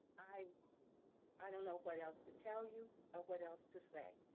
i i don't know what else to tell you or what else to say.